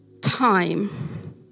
time